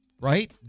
right